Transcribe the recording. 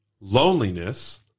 loneliness